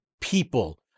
people